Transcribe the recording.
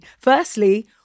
Firstly